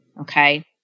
Okay